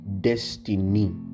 destiny